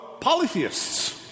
polytheists